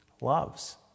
loves